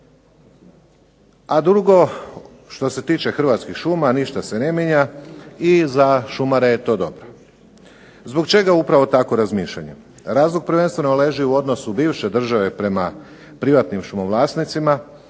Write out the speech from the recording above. A drugo što se tiče Hrvatskih šuma ništa se ne mijenja i za šumare je to dobro. Zbog čega upravo takvo razmišljanje? Razlog prvenstveno leži u odnosu bivše države prema privatnim šumovlasnicima,